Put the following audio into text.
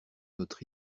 notre